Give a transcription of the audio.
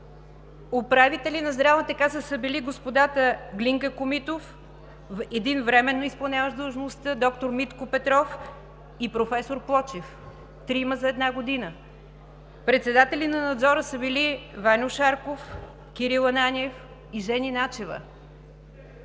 Управители на Здравната каса са били господата Глинка Комитов, един временно изпълняващ длъжността – доктор Митко Петров, и професор Плочев – трима за една година. Председатели на Надзора са били Ваньо Шарков, Кирил Ананиев и Жени Начева.